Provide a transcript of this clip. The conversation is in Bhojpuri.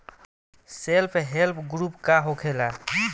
सेल्फ हेल्प ग्रुप का होखेला?